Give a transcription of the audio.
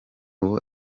ubu